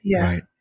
right